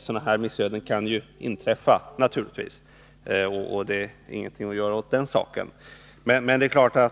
Sådana här missöden kan naturligtvis inträffa, och det är ingenting att göra åt. Men i annat fall